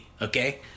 Okay